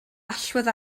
allwedd